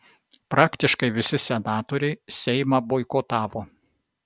praktiškai visi senatoriai seimą boikotavo